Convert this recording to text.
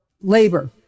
labor